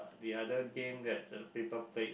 the other game that uh people play